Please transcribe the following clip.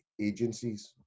agencies